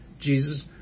Jesus